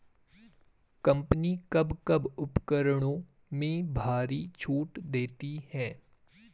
Company कब कब उपकरणों में भारी छूट देती हैं?